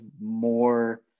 more